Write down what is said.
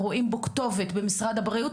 רואים בו כתובת במשרד הבריאות,